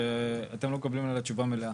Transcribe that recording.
שאתם לא מקבלים עליה תשובה מלאה.